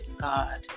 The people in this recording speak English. God